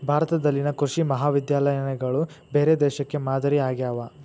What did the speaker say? ಭಾರತದಲ್ಲಿನ ಕೃಷಿ ಮಹಾವಿದ್ಯಾಲಯಗಳು ಬೇರೆ ದೇಶಕ್ಕೆ ಮಾದರಿ ಆಗ್ಯಾವ